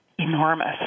enormous